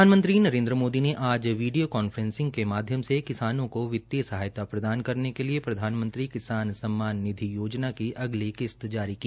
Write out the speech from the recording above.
प्रधानमंत्री नरेन्द्र मोदी ने आज वीडियो कांफ्रेसिंग के माध्यम से किसानों को वित्तीय सहायता प्रदान के लिए प्रधानमंत्री किसान सम्मान निधि योजना की अगली किस्त जारी की